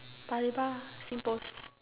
Paya-Lebar Singpost